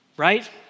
right